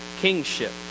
kingship